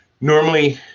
Normally